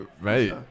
mate